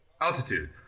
altitude